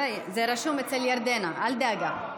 זה רשום אצל ירדנה, אל דאגה.